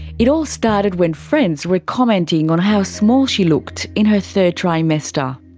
it all started when friends were commenting on how small she looked in her third trimester.